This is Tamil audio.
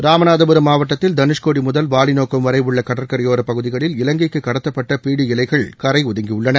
ராமநாதபுரம் மாவட்டத்தில் தனுஷ்கோடி முதல் வாலிநோக்கம் வரை உள்ள கடற்கரையோரப் பகுதிகளில் இலங்கைக்கு கடத்தப்பட்ட பீடி இலைகள் கரை ஒதுங்கியுள்ளன